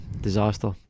disaster